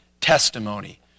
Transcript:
testimony